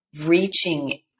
reaching